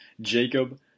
jacob